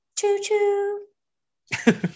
Choo-choo